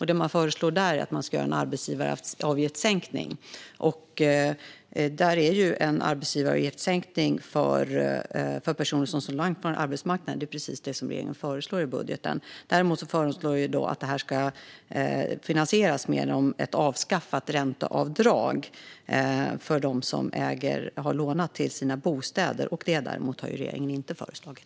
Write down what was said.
Det som föreslås där är en arbetsgivaravgiftssänkning, och en sådan arbetsgivaravgiftssänkning för personer som står långt ifrån arbetsmarknaden är ju precis vad regeringen föreslår i budgeten. Det föreslås också att sänkningen ska finansieras genom ett avskaffat ränteavdrag för dem som äger och har lånat till sina bostäder, men detta har regeringen däremot inte föreslagit.